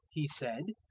he said,